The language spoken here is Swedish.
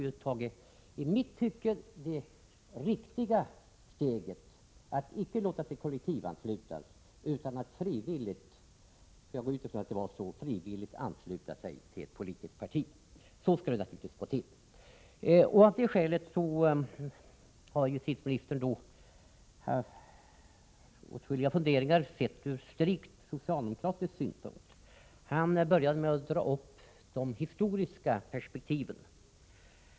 Han har tagit det i mitt tycke riktiga steget att icke låta sig kollektianslutas utan att frivilligt — jag utgår från att det var så — ansluta sig till ett politiska parti. Så skall det naturligtvis gå till. Av det skälet anför justieministern här åtskilliga funderingar, sedda ur perspektiven.